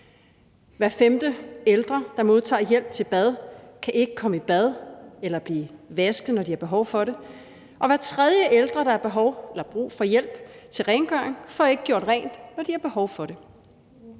Hver femte ældre, der modtager hjælp til bad, kan ikke komme i bad eller blive vasket, når de har behov for det, og hver tredje ældre, der har brug for hjælp til rengøring, får ikke gjort rent, når de har behov for det.